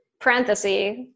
parenthesis